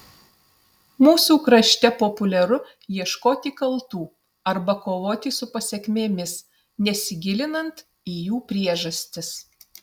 mūsų krašte populiaru ieškoti kaltų arba kovoti su pasekmėmis nesigilinant į jų priežastis